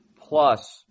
plus